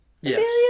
Yes